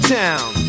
town